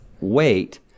weight